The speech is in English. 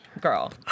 girl